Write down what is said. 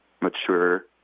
mature